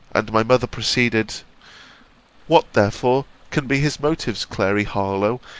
and my mother proceeded what therefore can be his motives, clary harlowe,